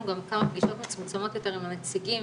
גם כמה פגישות מצומצמות יותר עם הנציגים